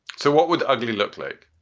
so what would ugly look like?